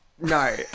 No